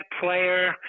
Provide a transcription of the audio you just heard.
player